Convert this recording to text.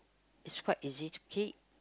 is quite easy to keep